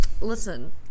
Listen